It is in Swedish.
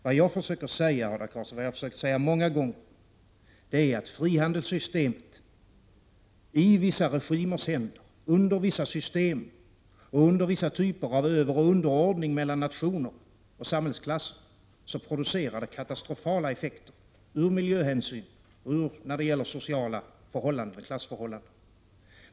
Vad jag har försökt säga många gånger, Hadar Cars, är att frihandelssystemet i vissa regimers händer, under = Prot. 1987/88:45 vissa system och under vissa typer av överoch underordning mellan 15 december 1987 nationerna och samhällsklasserna, får katastrofala effekter ur miljöhänsyn ZZZ7—G GG, och med tanke på de sociala klassförhållandena.